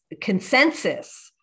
consensus